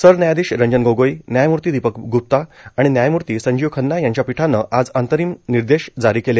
सरन्यायाधीश रंजन गोगोई न्यायमूर्ती दीपक ग्प्ता आणि न्यायमूर्ती संजीव खन्ना यांच्या पीठानं आज हे अंतरिम निर्देश जारी केले